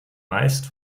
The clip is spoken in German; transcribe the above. meist